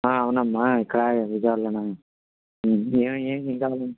అవునమ్మా ఇక్కడ ఈ దారిలోనే ఉన్నాను ఏమి ఏమి ఏం కావాలి